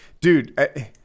dude